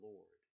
Lord